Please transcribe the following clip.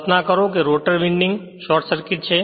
કલ્પના કરો કે rotor winding short circuit છે